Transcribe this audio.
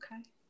okay